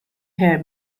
her